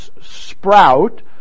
sprout